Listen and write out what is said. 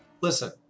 listen